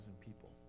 people